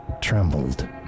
trembled